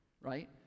right